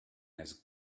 has